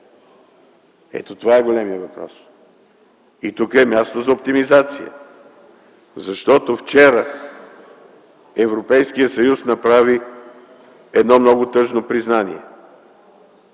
Ето, това е големият въпрос. И тук е мястото за оптимизация. Защото вчера Европейският съюз направи едно много тъжно признание